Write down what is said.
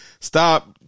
stop